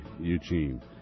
Eugene